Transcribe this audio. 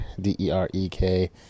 D-E-R-E-K